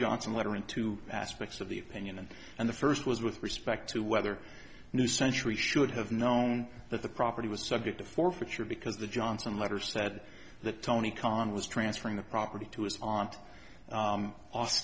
johnson letter into aspects of the opinion and and the first was with respect to whether new century should have known that the property was subject to forfeiture because the johnson letter said that tony kohn was transferring the property to his aunt